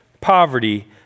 poverty